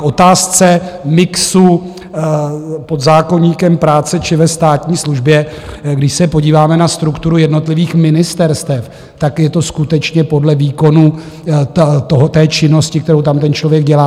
K otázce mixu pod zákoníkem práce či ve státní službě když se podíváme na strukturu jednotlivých ministerstev, je to skutečně podle výkonu činnosti, kterou tam ten člověk dělá.